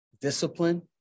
discipline